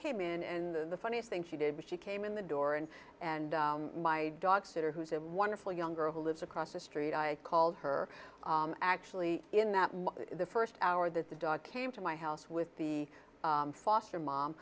came in in the funniest thing she did when she came in the door and and my dog sitter who's a wonderful young girl who lives across the street i called her actually in that the first hour that the dog came to my house with the foster mom